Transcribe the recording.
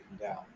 down